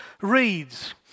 reads